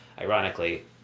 ironically